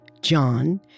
John